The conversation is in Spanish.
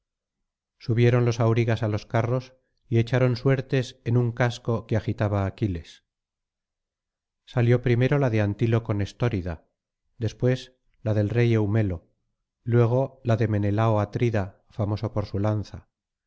subieron los aurigas á los carros y echaron suertes en un casco que agitaba aquiles salió primero la de antíloco nestórida después la del rey eumelo luego la de menelao atrida famoso por su lanza